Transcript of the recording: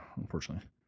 unfortunately